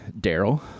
Daryl